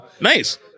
Nice